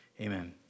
amen